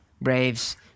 Braves